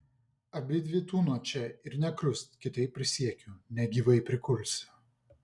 abidvi tūnot čia ir nė krust kitaip prisiekiu negyvai prikulsiu